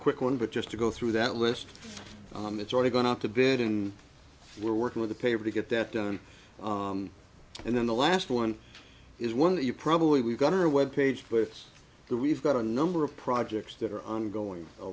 quick one but just to go through that list it's already going up to bid in we're working with the paper to get that done and then the last one is one that you probably we've got our web page but it's the we've got a number of projects that are ongoing a